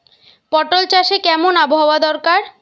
পটল চাষে কেমন আবহাওয়া দরকার?